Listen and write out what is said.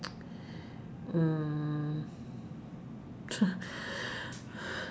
mm